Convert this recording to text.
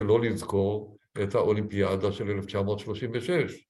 ‫ולא לזכור את האולימפיאדה של 1936.